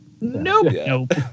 Nope